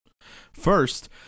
First